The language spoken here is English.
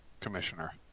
commissioner